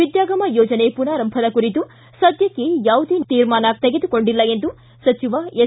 ವಿದ್ಯಾಗಮ ಯೋಜನೆ ಪುನಾರಂಭದ ಕುರಿತು ಸದ್ಯಕ್ಕೆ ಯಾವುದೇ ತೀರ್ಮಾನ ಶೆಗೆದುಕೊಂಡಿಲ್ಲ ಎಂದು ಸಚಿವ ಎಸ್